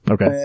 Okay